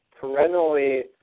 perennially